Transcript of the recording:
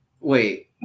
Wait